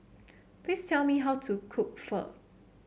please tell me how to cook Pho